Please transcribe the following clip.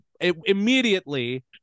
immediately